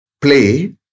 play